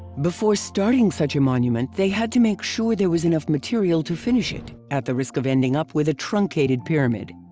before starting such a monument, they had to make sure there was enough material to finish it at the risk of ending up with a truncated pyramid.